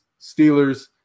steelers